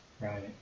Right